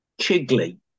Chigley